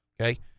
okay